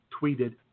tweeted